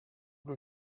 blue